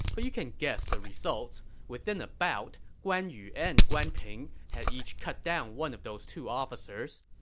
but you can guess the results. within a bout, guan yu and guan ping had each cut down one of those two officers.